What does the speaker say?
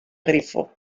grifo